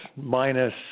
minus